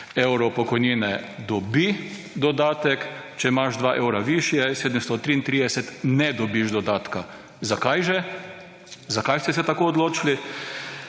evrov pokojnine dobi dodatek, če imaš dva evra višje 733 ne dobiš dodatka. Zakaj že, zakaj ste se tako odločili?